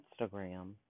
Instagram